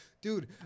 Dude